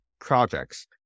projects